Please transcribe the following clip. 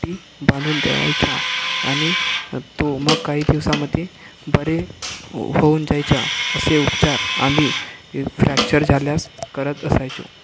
पट्टी बांधून द्यायचा आणि तो मग काही दिवसामध्ये बरे होऊन जायचा असे उपचार आम्ही फ्रॅक्चर झाल्यास करत असायचो